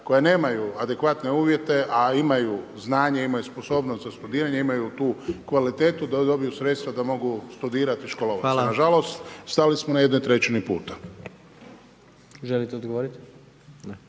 koja nemaju adekvatne uvjete a imaju znanje, imaju sposobnost za studiranje, imaju tu kvalitetu da dobiju sredstva da mogu studirati i školovati se. Nažalost stali smo na jednoj trećini puta. **Jandroković,